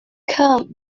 come